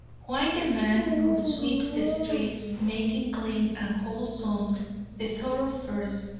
why the man who sweeps the streets, making clean and wholesome the thoroughfares,